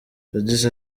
yagize